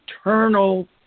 eternal